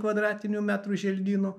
kvadratinių metrų želdynų